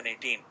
2018